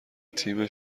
تیم